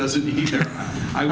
does it either i